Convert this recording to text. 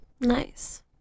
Nice